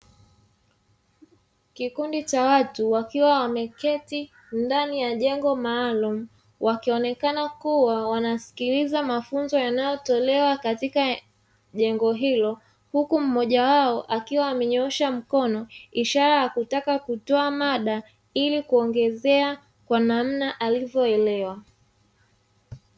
Kikundi cha watu wakiwa wameketi ndani ya jengo maalumu, wakionekana kuwa wanasikiliza mafunzo yanayotolewa katika jengo hilo, huku mmoja wao akiwa amenyoosha mkono ishara ya kutaka kutoa mada ili kuongezea kwa namna alivyoelewa.